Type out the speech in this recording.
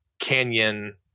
canyon